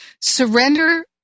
Surrender